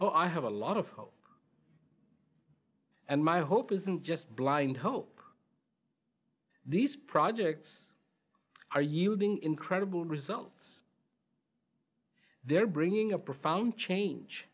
oh i have a lot of hope and my hope isn't just blind hope these projects are using incredible results they're bringing a profound change